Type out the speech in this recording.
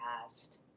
past